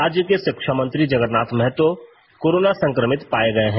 राज्य के शिक्षा मंत्री जगरनाथ महतो कोरोना संक्रमित पाए गए हैं